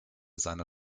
seiner